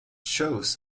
shows